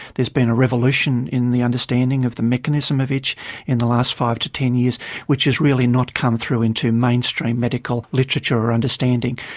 there's been a revolution in the understanding of the mechanism of itch in the last five to ten years which has really not come through into mainstream medical literature or understanding.